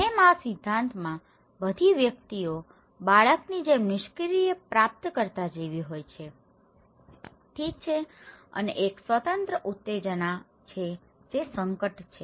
જેમ આ સિદ્ધાંતમાં બધી વ્યક્તિઓ બાળકની જેમ નિષ્ક્રિય પ્રાપ્તકર્તા જેવી હોય છે ઠીક છે અને એક સ્વતંત્ર ઉત્તેજના છે જે સંકટ છે